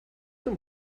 them